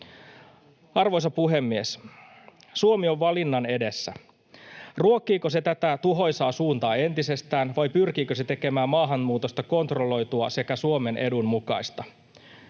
Arvoisa puhemies! Suomi on valinnan edessä: Ruokkiiko se tätä tuhoisaa suuntaa entisestään vai pyrkiikö se tekemään maahanmuutosta kontrolloitua sekä Suomen edun mukaista?